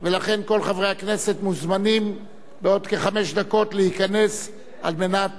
בעוד כחמש דקות להיכנס על מנת להמשיך את סדר-היום.